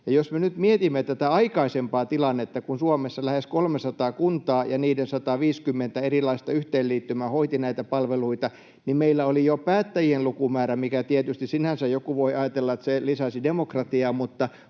nyt mietimme tätä aikaisempaa tilannetta, kun Suomessa lähes 300 kuntaa ja niiden 150 erilaista yhteenliittymää hoitivat näitä palveluita, niin meillä oli jo päättäjien lukumäärä — mistä tietysti sinänsä joku voi ajatella, että se lisäsi demokratiaa